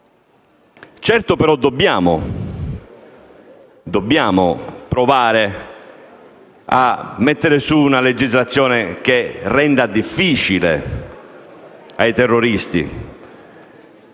Certo, però, dobbiamo provare a mettere in piedi una legislazione che renda difficile ai terroristi